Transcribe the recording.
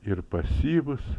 ir pasyvūs